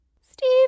Steve